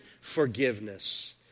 forgiveness